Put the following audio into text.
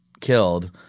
killed